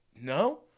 no